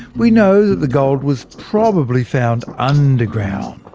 we know the gold was probably found underground.